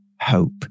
hope